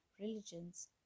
religions